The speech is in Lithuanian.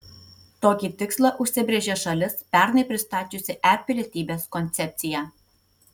tokį tikslą užsibrėžė šalis pernai pristačiusi e pilietybės koncepciją